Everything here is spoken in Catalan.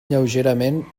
lleugerament